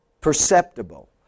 Perceptible